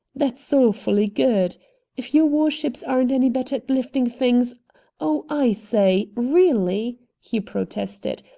that's awfully good if your war-ships aren't any better at lifting things oh, i say, really, he protested,